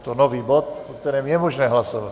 Je to nový bod, o kterém je možné hlasovat.